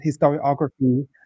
historiography